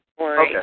Okay